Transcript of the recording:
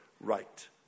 right